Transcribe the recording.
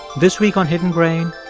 this week on hidden brain,